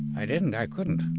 i didn't. i couldn't,